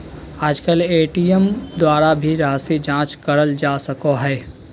आजकल ए.टी.एम द्वारा भी राशी जाँच करल जा सको हय